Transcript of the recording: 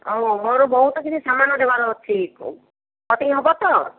ଆଉ ମୋର ବହୁତ କିଛି ସାମାନ୍ ଦେବାର ଅଛି କଟିଙ୍ଗ ହେବ ତ